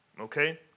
Okay